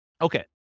Okay